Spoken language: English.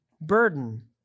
burden